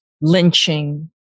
lynching